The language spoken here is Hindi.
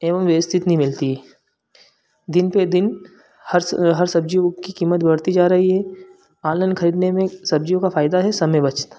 एवम व्यवस्थित नहीं मिलती दिन पर दिन हर स हर सब्ज़ियों की कीमत बढ़ती जा रही है ऑनलाइन खरीदने में सब्ज़ियों का फायदा है समय बचत